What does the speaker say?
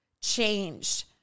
changed